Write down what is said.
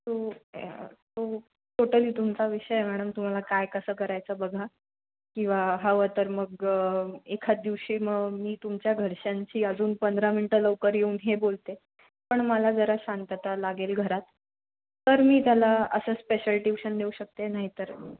तो तो टोटली तुमचा विषय मॅडम तुम्हाला काय कसं करायचं बघा किंवा हवं तर मग एखादं दिवशी मग मी तुमच्या घरच्यांशी अजून पंधरा मिनटं लवकर येऊन हे बोलते पण मला जरा शांतता लागेल घरात तर मी त्याला असं स्पेशल ट्यूशन देऊ शकते नाही तर